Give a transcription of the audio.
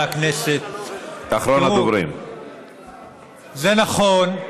חבריי וחברותיי חברי הכנסת, זה נכון שלכאורה,